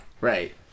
Right